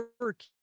work